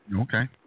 Okay